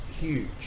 huge